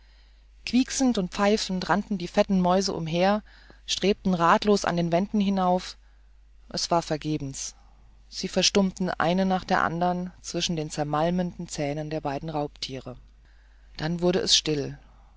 quieksend und pfeifend rannten die fetten mäuse umher und strebten ratlos an den wänden hinauf es war vergebens sie verstummten eine nach der andern zwischen den zermalmenden zähnen der beiden raubtiere dann wurde es still